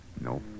No